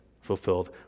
Fulfilled